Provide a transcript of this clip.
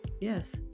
yes